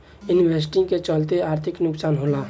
investing के चलते आर्थिक नुकसान होला